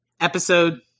Episode